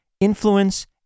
influence